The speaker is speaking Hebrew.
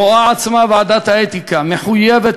רואה עצמה ועדת האתיקה מחויבת